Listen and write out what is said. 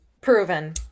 Proven